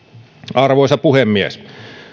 arvoisa puhemies